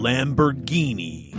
Lamborghini